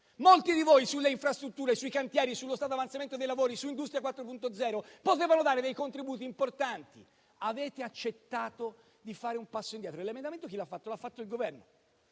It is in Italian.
Molti di voi, sulle infrastrutture, sui cantieri, sullo stato di avanzamento dei lavori, su Industria 4.0 potevano dare dei contributi importanti. Avete invece accettato di fare un passo indietro. L'emendamento chi l'ha presentato? L'ha presentato il Governo,